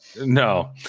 No